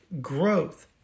growth